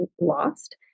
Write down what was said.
lost